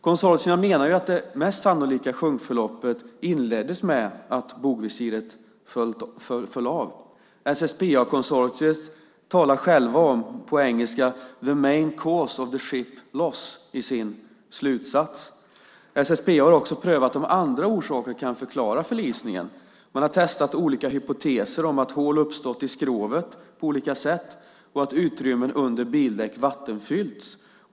Konsortierna menar att det mest sannolika sjunkförloppet inleddes med att bogvisiret föll av. SSPA-konsortiet talar om the main cause of the ship loss i sin slutsats. SSPA har också prövat om andra orsaker kan förklara förlisningen. Man har testat olika hypoteser om att hål uppstått i skrovet på olika sätt och att utrymmen under bildäck vattenfyllts.